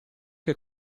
che